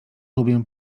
lubię